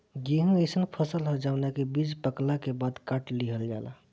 गेंहू अइसन फसल ह जवना के बीज पकला के बाद काट लिहल जाला